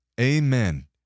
Amen